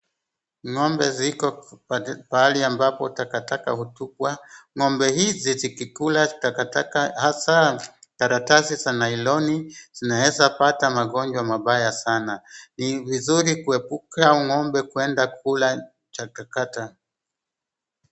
Ng'ombe ziko pahali ambapo takataka hutupwa. Ng'ombe hizi zikikula takataka hasa karatasi za nailoni zinaeza pata magonjwa mabaya sana. Ni vizuri kuepuka ng'ombe kwenda kula chakachaka.